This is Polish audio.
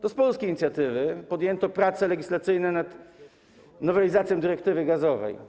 To z polskiej inicjatywy podjęto prace legislacyjne nad nowelizacją dyrektywy gazowej.